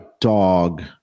dog